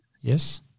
Yes